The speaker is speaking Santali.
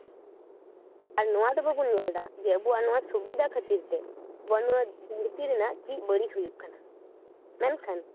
ᱟᱨ ᱱᱚᱣᱟ ᱫᱚ ᱵᱟᱵᱚᱱ ᱧᱮᱞᱫᱟ ᱡᱮ ᱟᱵᱚᱣᱟᱜ ᱱᱚᱣᱟ ᱥᱩᱵᱤᱫᱟ ᱠᱷᱟᱹᱛᱤᱨᱛᱮ ᱟᱵᱚ ᱱᱚᱣᱟ ᱫᱷᱟᱹᱨᱛᱤ ᱨᱮᱱᱟᱜ ᱪᱮᱫ ᱵᱟᱹᱲᱤᱡ ᱦᱩᱭᱩᱜ ᱠᱟᱱᱟ ᱢᱮᱱᱠᱷᱟᱱ